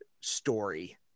story